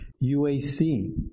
UAC